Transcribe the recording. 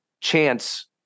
chance